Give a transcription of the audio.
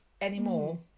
anymore